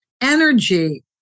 energy